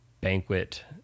banquet